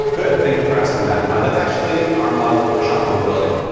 good. thank you for asking that. that's actually our model for shot probability.